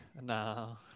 No